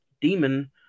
demon